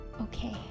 Okay